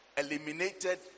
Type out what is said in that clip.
eliminated